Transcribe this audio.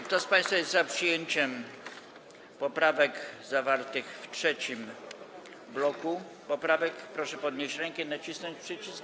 Kto z państwa jest za przyjęciem poprawek zawartych w trzecim bloku poprawek, proszę podnieść rękę i nacisnąć przycisk.